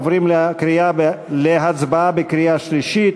עוברים להצבעה בקריאה שלישית.